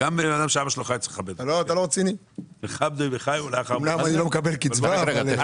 אמנם אני לא מקבל קצבה.